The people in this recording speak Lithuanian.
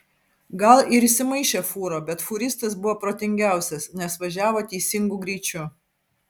gal ir įsimaišė fūra bet fūristas buvo protingiausias nes važiavo teisingu greičiu